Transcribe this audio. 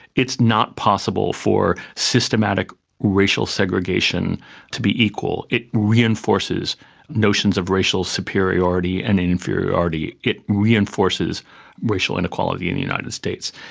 it is not possible for systematic racial segregation to be equal, it reinforces notions of racial superiority and inferiority, it reinforces racial inequality in the united states.